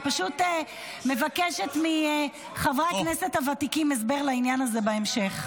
אני פשוט מבקשת מחברי הכנסת הוותיקים הסבר לעניין הזה בהמשך.